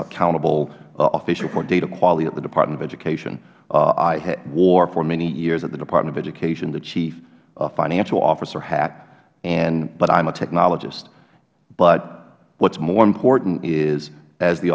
accountable official for data quality at the department of education i wore for many years at the department of education the chief financial officer hat but i am a technologist but what is more important is as the